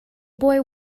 boy